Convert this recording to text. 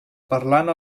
parlant